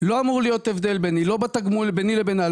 לא אמור להיות הבדל ביני לבינה,